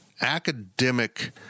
academic